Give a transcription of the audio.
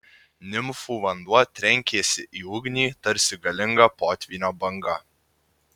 nimfų vanduo trenkėsi į ugnį tarsi galinga potvynio banga